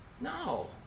No